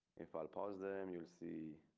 if i pause them you'll see.